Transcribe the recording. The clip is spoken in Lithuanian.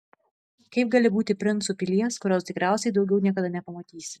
kaip gali būti princu pilies kurios tikriausiai daugiau niekada nepamatysi